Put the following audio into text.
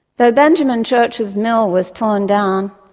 though benjamin church's mill was torn down,